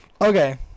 Okay